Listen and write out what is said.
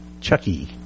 Chucky